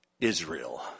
Israel